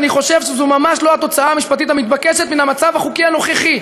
אני חושב שזו ממש לא התוצאה המשפטית המתבקשת מן המצב החוקי הנוכחי.